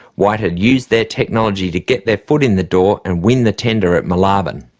white had used their technology to get their foot in the door and win the tender at moolarben.